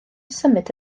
symud